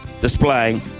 displaying